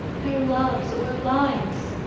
their loves, or lives!